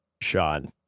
Sean